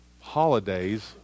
holidays